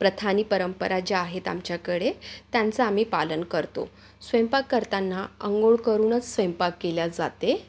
प्रथा आणि परंपरा ज्या आहेत आमच्याकडे त्यांचं आम्ही पालन करतो स्वयंपाक करताना अंघोळ करूनच स्वयंपाक केल्या जाते